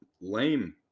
lame